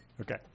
Okay